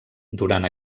durant